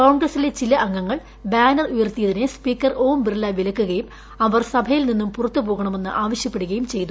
കോൺഗ്രസിലെ ചില അംഗങ്ങൾക്ക് ബ്ാനർ ഉയർത്തിയതിനെ സ്പീക്കർഓം ബിർലവിലക്കുകയും പ്രഅവർ സഭയിൽ നിന്നും പുറത്തുപോകണമെന്ന് ആവശ്യപ്പെടുകയും ചെയ്തു